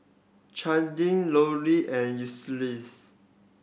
Lori and Ulysses